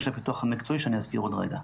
של הפיתוח המקצועי שאני אזכיר עוד רגע.